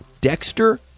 Dexter